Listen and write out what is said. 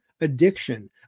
addiction